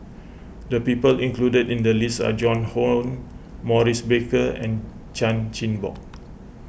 the people included in the list are Joan Hon Maurice Baker and Chan Chin Bock